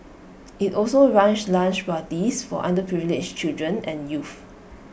IT also runs lunch parties for underprivileged children and youth